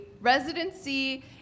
residency